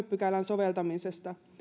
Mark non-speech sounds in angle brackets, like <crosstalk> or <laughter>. <unintelligible> pykälän soveltamisesta